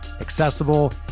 accessible